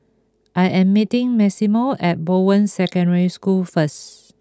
I am meeting Maximo at Bowen Secondary School first